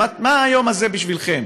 מה היום הזה בשבילכם?